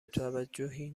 توجیهی